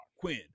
Quinn